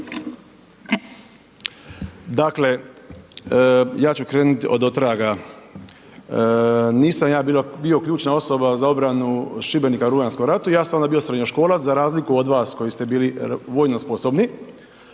Dakle, ja ću krenuti odotraga. Nisam ja bio ključna osoba za obranu Šibenika u Rujanskom ratu, ja sam onda bio srednjoškolac, za razliku od vas koji ste bili vojno sposobni.